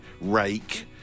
Rake